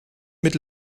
mit